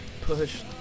Push